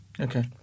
Okay